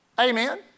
Amen